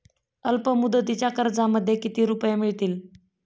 अल्पमुदतीच्या कर्जामध्ये किती रुपये मिळतील?